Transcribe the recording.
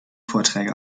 vorträge